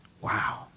Wow